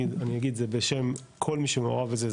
אני אגיד זה בשם של כל מי שמעורב בזה,